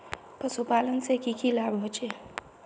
पशुपालन से की की लाभ होचे?